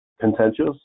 contentious